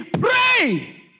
Pray